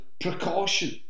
precaution